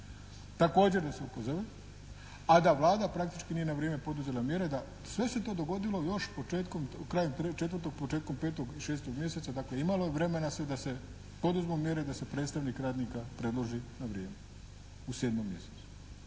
također da se opozove, a da Vlada praktički nije na vrijeme poduzela mjere. Sve se to dogodilo još početkom, krajem 4. početkom 5. i 6. mjeseca, dakle imalo je vremena da se poduzmu mjere da se predstavnik radnika predloži na vrijeme u 7. mjesecu.